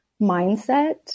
mindset